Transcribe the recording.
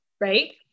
Right